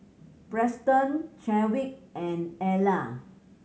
Preston Chadwick and Ellar